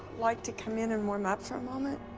like to come in and warm up for a moment?